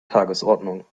tagesordnung